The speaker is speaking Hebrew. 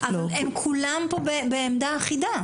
אבל כולם פה בעמדה אחידה.